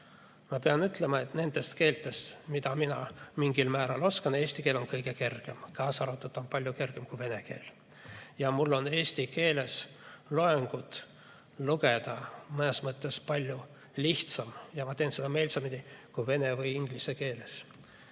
Ma pean ütlema, et nendest keeltest, mida mina mingil määral oskan, on eesti keel kõige kergem, ka palju kergem kui vene keel. Mul on eesti keeles loengut lugeda mõnes mõttes palju lihtsam ja ma teen seda meelsamini kui vene või inglise keeles.